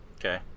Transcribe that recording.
Okay